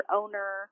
owner